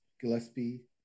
Gillespie